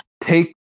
Take